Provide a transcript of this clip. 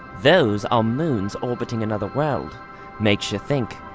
those are moons orbiting another world makes you think.